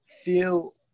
feel